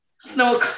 snow